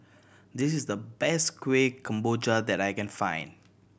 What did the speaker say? this is the best Kuih Kemboja that I can find